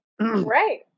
right